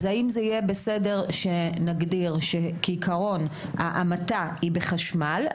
האם זה יהיה בסדר שנגדיר שכעיקרון ההמתה היא בחשמל,